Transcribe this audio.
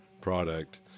product